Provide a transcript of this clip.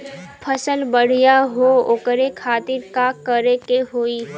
फसल बढ़ियां हो ओकरे खातिर का करे के होई?